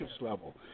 level